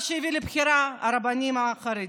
מה שהביא לבחירה של הרבנים החרדים.